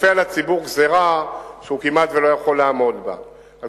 כופה על הציבור גזירה שהוא כמעט לא יכול לעמוד בה.